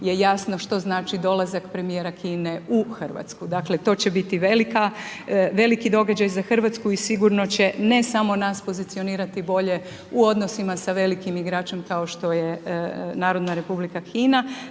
je jasno što znači dolazak premijera Kine u RH. Dakle, to će biti veliki događaj za RH i sigurno će ne samo nas pozicionirati bolje u odnosima sa velikim igračem kao što je Narodna Republika Kina,